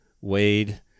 Wade